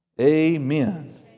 Amen